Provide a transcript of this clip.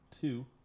two